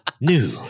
New